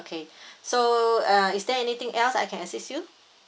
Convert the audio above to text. okay so uh is there anything else I can assist you